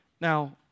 Now